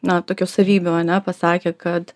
na tokių savybių ane pasakė kad